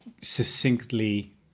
Succinctly